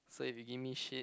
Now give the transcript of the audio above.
so if you give me shit